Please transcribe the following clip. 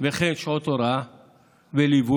וכן שעות הוראה וליווי.